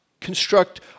construct